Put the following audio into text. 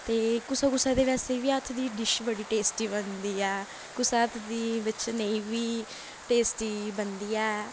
ते कुसै कुसै दे वैसे बी हत्थ दी डिश बड़ी टेस्टी बनदी ऐ कुसै दे हत्थ दी बिच्च नेईं बी टेस्टी बनदी ऐ